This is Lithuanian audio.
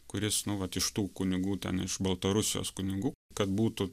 kuris nu vat iš tų kunigų ten iš baltarusijos kunigų kad būtų